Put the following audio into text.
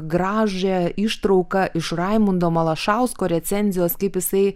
gražią ištrauką iš raimundo malašausko recenzijos kaip jisai